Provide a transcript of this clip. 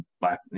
black